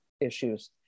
issues